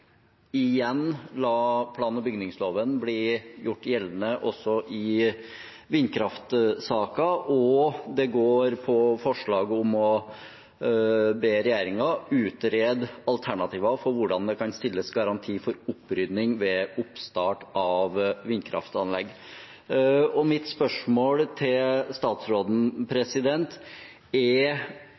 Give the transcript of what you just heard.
igjen å la plan- og bygningsloven bli gjort gjeldende også i vindkraftsaker, og det går på forslag om å be regjeringen utrede alternativer til hvordan det kan stilles garanti for opprydding ved oppstart av vindkraftanlegg. Mitt spørsmål til statsråden er